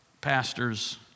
pastors